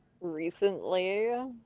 recently